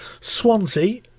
Swansea